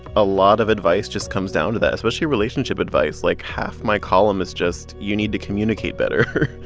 a lot of advice just comes down to that, especially relationship advice. like, half my column is just, you need to communicate better.